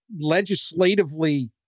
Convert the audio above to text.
legislatively